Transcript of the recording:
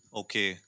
okay